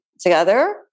Together